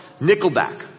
Nickelback